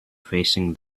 facing